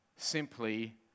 simply